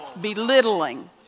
belittling